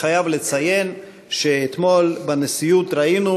אני חייב לציין שאתמול בנשיאות ראינו,